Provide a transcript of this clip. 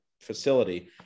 facility